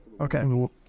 okay